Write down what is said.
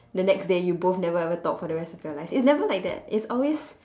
the next day you both never ever talk for the rest of your lives it's never like that it's always